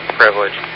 privilege